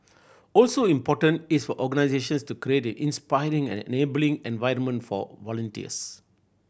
also important is for organisations to create inspiring and enabling environment for volunteers